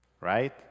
Right